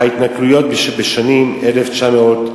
ההתנכלויות בשנים 1946 1949,